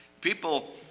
People